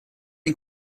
den